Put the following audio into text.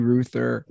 Ruther